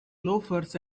loafers